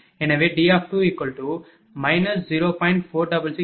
எனவே D2 0